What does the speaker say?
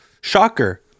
Shocker